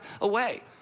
away